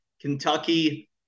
Kentucky